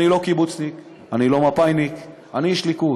אני לא קיבוצניק, אני לא מפא"יניק, אני איש ליכוד.